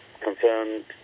confirmed